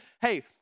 Hey